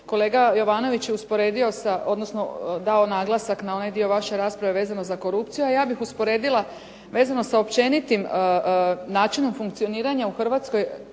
odnosno dao naglasak na onaj dio vaše rasprave vezano za korupciju a ja bih usporedila vezano sa općenitim načinom funkcioniranja u Hrvatskoj